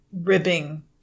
ribbing